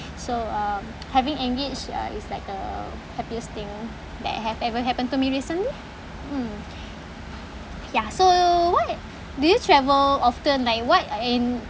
so um having engaged uh is like a happiest thing that have ever happened to me recently mm ya so what do you travel often like what in